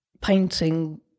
painting